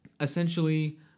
essentially